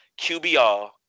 QBR